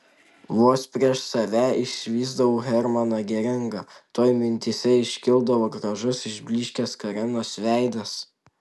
vos prieš save išvysdavau hermaną geringą tuoj mintyse iškildavo gražus išblyškęs karinos veidas